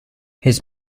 his